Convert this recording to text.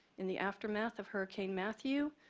in the aftermath of hurricane matthew,